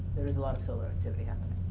there is a lot of solar activity ah